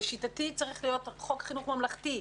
לשיטתי צריך להיות חוק חינוך ממלכתי.